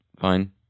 fine